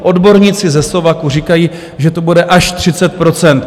Odborníci ze SOVAKu říkají, že to bude až 30 %.